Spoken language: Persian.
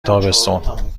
تابستون